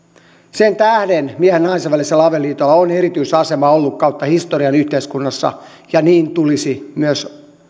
sen tähden miehen ja naisen välisellä avioliitolla on erityisasema ollut kautta historian yhteiskunnassa ja niin tulisi myös